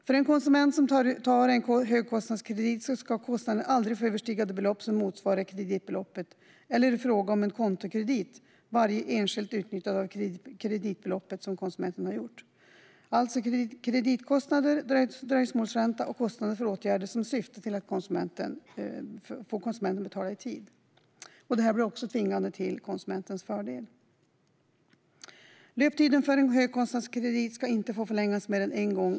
För en konsument som tar en högkostnadskredit ska kostnaderna aldrig få överstiga ett belopp som motsvarar kreditbeloppet eller, i fråga om en kontokredit, varje enskilt utnyttjande av kreditbeloppet som konsumenten har gjort. De kostnader som avses är kreditkostnader, dröjsmålsränta och kostnader för åtgärder som syftar till att få konsumenten att betala i tid. Det här blir också tvingande till konsumentens fördel. Löptiden för en högkostnadskredit ska inte få förlängas mer än en gång.